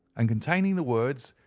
and containing the words,